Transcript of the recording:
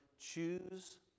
Choose